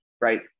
Right